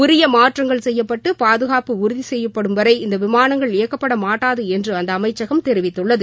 உரிய மாற்றங்கள் செய்யப்பட்டு பாதுகாப்பு உறுதி செய்யப்படும் வரை இந்த விமானங்கள் இயக்கப்படமாட்டாது என்று அந்த அமைச்சகம் தெரிவித்துள்ளது